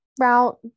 route